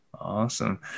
Awesome